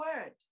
word